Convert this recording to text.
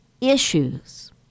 issues